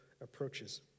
approaches